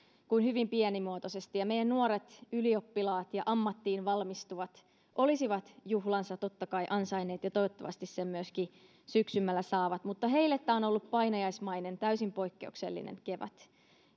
kuin hyvin pienimuotoisesti meidän nuoret ylioppilaat ja ammattiin valmistuvat olisivat juhlansa totta kai ansainneet ja toivottavasti sen syksymmällä myöskin saavat mutta heille tämä on ollut painajaismainen täysin poikkeuksellinen kevät